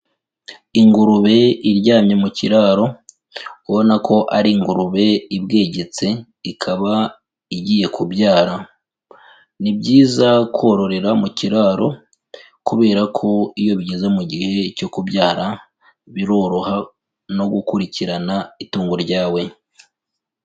Ingurube iryamye mu kiraro ubona ko ari ingurube ibwegetse ikaba igiye kubyara, ni byiza kororera mu kiraro kubera ko iyo bigeze mu gihe cyo kubyara biroroha no gukurikirana itungo ryawe.